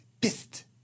pissed